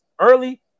early